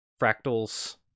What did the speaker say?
Fractal's